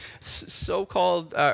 so-called